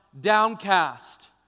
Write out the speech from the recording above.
downcast